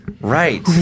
Right